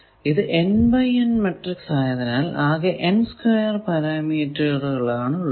ഇത് N x N matrix ആയതിനാൽ ആകെ N2 S പരാമീറ്ററുകൾ ആണ് ഉള്ളത്